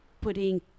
putting